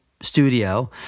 studio